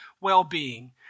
well-being